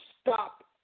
stop